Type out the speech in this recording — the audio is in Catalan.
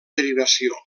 derivació